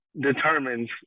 determines